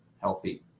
healthy